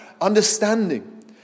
understanding